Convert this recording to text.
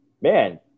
man